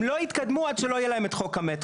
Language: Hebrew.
הם לא יתקדמו עד שלא יהיה להם את חוק המטרו,